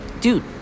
Dude